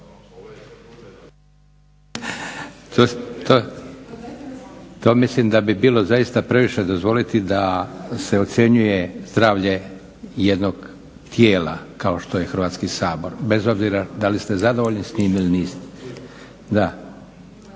To mislim da bi bilo zaista previše dozvoliti da se ocjenjuje zdravlje jednog tijela, kao što je Hrvatski sabor. Bez obzira da li ste zadovoljni s njim ili niste.